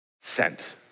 sent